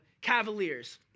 Cavaliers